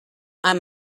amb